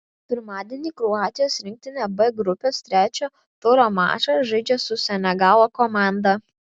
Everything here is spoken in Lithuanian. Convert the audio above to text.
pirmadienį kroatijos rinktinė b grupės trečio turo mačą žaidžia su senegalo komanda